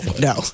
No